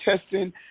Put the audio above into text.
testing